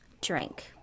Drink